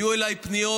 היו אליי פניות.